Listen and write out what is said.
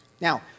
Now